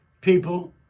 people